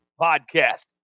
podcast